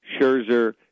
Scherzer